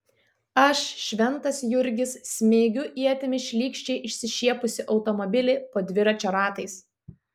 aš šventas jurgis smeigiu ietimi šlykščiai išsišiepusį automobilį po dviračio ratais